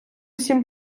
сім